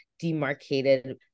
demarcated